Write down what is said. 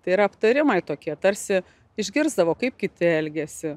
tai yra aptarimai tokie tarsi išgirsdavo kaip kiti elgiasi